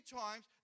times